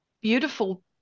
beautiful